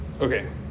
Okay